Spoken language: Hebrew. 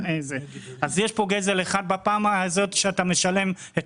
יש פה גזל אחד בפעם הזאת שאתה משלם את